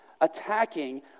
attacking